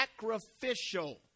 sacrificial